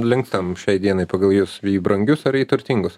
linkstam šiai dienai pagal jus į brangius ar į turtingus